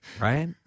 Right